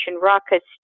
rockets